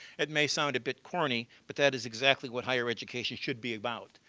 that may sound a bit corny but that is exactly what higher education should be about.